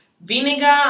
vinegar